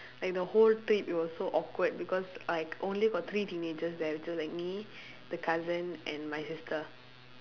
like the whole trip it was so awkward because like only got three teenagers there which is like me the cousin and my sister